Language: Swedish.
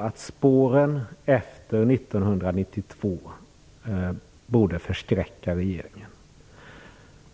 att spåren efter 1992 borde förskräcka regeringen.